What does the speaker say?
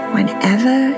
whenever